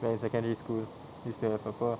when secondary school miss the [pe] [pe]